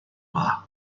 yma